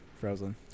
Frozen